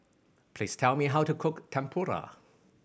please tell me how to cook Tempura